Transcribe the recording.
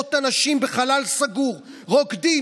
מאות אנשים בחלל סגור רוקדים,